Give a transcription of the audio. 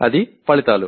అది ఫలితాలు